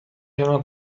erano